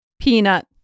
Peanut